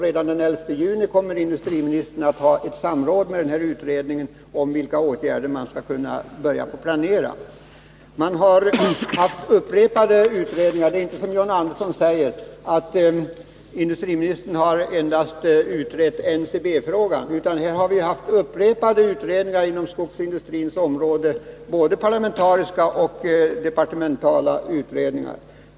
Redan den 11 juni kommer industriministern att samråda med utredningen om vilka åtgärder man skall börja planera för. Man har gjort upprepade utredningar. Det är inte så som John Andersson säger att industriministern endast har utrett NCB-frågan, utan upprepade utredningar har gjorts på skogsindustrins område, både parlamentariska och departementala sådana.